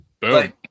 boom